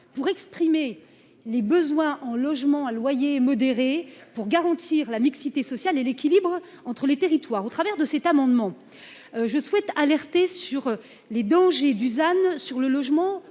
pour exprimer les besoins en logements à loyer modéré pour garantir la mixité sociale et l'équilibre entre les territoires au travers de cet amendement. Je souhaite alerter sur les dangers Dusan sur le logement,